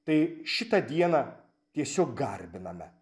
tai šitą dieną tiesiog garbiname